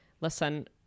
listen